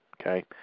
Okay